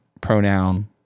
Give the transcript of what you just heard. pronoun